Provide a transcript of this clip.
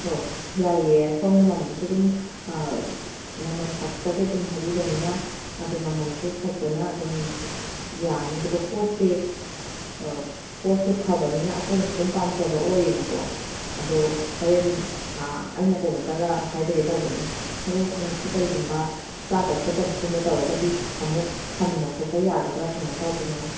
ꯑꯣ ꯌꯥꯏꯌꯦ ꯁꯣꯝꯅ ꯃꯃꯜꯁꯨ ꯑꯗꯨꯝ ꯃꯃꯜ ꯆꯥꯇ꯭ꯔꯨꯛ ꯆꯥꯇ꯭ꯔꯦꯠ ꯑꯗꯨꯝ ꯍꯥꯏꯕꯤꯕꯅꯤꯅ ꯑꯗꯨ ꯃꯃꯜꯁꯨ ꯐꯖꯅ ꯑꯗꯨꯝ ꯌꯥꯔꯅꯤ ꯑꯗꯨ ꯄꯣꯠꯁꯦ ꯄꯣꯠꯁꯦ ꯐꯕꯅꯤꯅ ꯑꯩꯈꯣꯏꯅꯁꯨ ꯑꯗꯨꯝ ꯄꯥꯝꯖꯕ ꯑꯣꯏꯌꯦꯕꯀꯣ ꯑꯗꯨ ꯍꯣꯔꯦꯟ ꯑꯩꯅ ꯀꯩꯅꯣꯝꯇꯒ ꯍꯥꯏꯖꯒꯦ ꯇꯧꯕꯅꯤ ꯍꯣꯔꯦꯟ ꯈꯣꯡꯎꯞꯁꯦ ꯀꯔꯤꯒꯨꯝꯕ ꯆꯥꯗ ꯈꯣꯠꯇꯕꯒꯨꯝꯕ ꯇꯧꯔꯒꯗꯤ ꯑꯃꯨꯛ ꯍꯟꯕ ꯈꯣꯠꯄ ꯌꯥꯒꯗ꯭ꯔꯥ ꯀꯃꯥꯏ ꯇꯧꯕꯅꯣ